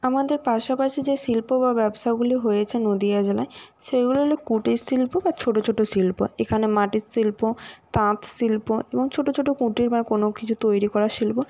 আমাদের পাশাপাশি যে শিল্প বা ব্যবসাগুলি হয়েছে নদিয়া জেলায় সেইগুলি হল কুটির শিল্প বা ছোট ছোট শিল্প এখানে মাটির শিল্প তাঁত শিল্প এবং ছোট ছোট কুটির বা কোনও কিছু তৈরি করা শিল্প